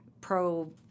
pro-